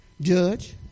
judge